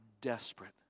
desperate